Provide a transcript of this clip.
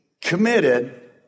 committed